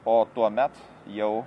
o tuomet jau